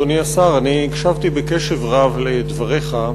אדוני השר, אני הקשבתי בקשב רב לדבריך.